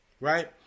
right